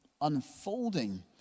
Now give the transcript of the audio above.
unfolding